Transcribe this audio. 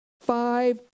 Five